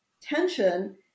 tension